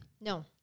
No